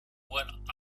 what